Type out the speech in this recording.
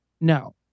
No